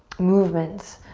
movements.